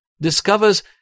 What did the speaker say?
discovers